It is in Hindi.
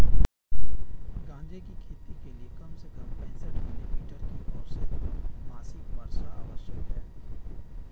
गांजे की खेती के लिए कम से कम पैंसठ मिली मीटर की औसत मासिक वर्षा आवश्यक है